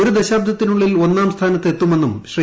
ഒരു ദശാബ്ദത്തിനുള്ളിൽ ഒന്നാം സ്ഥാനത്തെത്തുമെന്നും ശ്രീ